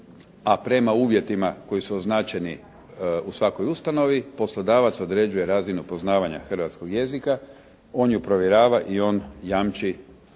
a prema uvjetima koji su označeni u svakoj ustanovi poslodavac određuje razinu poznavanja hrvatskog jezika. On ju provjerava i on jamči